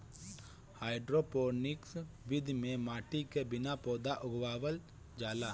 hydroponics विधि में माटी के बिना पौधा उगावल जाला